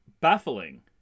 baffling